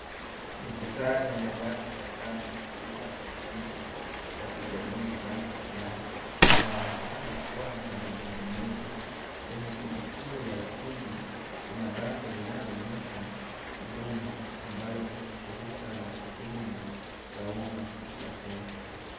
Mkutano ya watu watano katika ofisi wakijadili jambo fulani. Wanaonekana kuwa na mazungumzo. Kwenye kumbukumbu ya ukumbi kuna bango linaloonyesha huduma, ambalo ni shirika la huduma za umma katika Kenya.